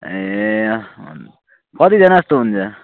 ए अँ कतिजना जस्तो हुन्छ